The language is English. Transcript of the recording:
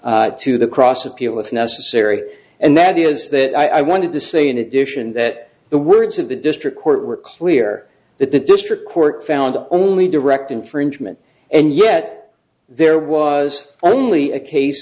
to the cross appeal if necessary and that is that i wanted to say in addition that the words of the district court were clear that the district court found only direct infringement and yet there was only a case